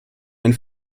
ein